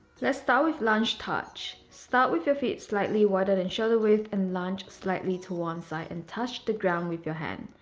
let's start with lunge touch. start with your feet slightly wider than shoulder width and lunge slightly to one side and touch the ground with your hand.